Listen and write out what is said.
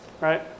right